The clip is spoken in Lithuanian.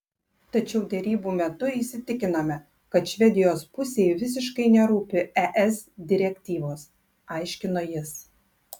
tačiau derybų metu įsitikinome kad švedijos pusei visiškai nerūpi es direktyvos aiškino jis